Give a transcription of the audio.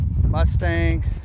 Mustang